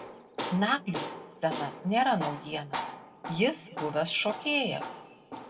nagliui scena nėra naujiena jis buvęs šokėjas